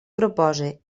propose